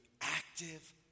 active